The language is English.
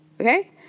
Okay